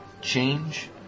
change